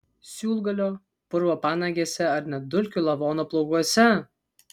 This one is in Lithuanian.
siūlgalio purvo panagėse ar net dulkių lavono plaukuose